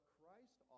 Christ